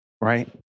right